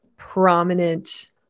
prominent